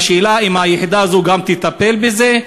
השאלה אם היחידה הזאת תטפל גם בזה,